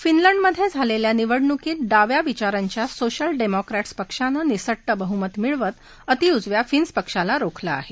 फिनलंडमध्ये झालेल्या निवडणूकीत डाव्या विचारांच्या सोशल डेमोक्रटस् पक्षाने निसटतं बहुमत मिळवत अति उजव्या फिन्स पक्षाला रोखलं आहे